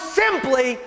simply